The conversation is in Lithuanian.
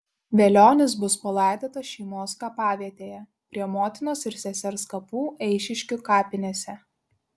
velionis bus palaidotas šeimos kapavietėje prie motinos ir sesers kapų eišiškių kapinėse